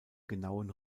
genauen